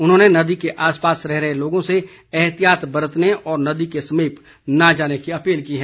उन्होंने नदी के आसपास रह रहे लोगों से एहतियात बरतने और नदी के समीप न जाने की अपील की है